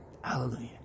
Hallelujah